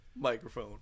Microphone